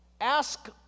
Ask